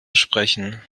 sprechen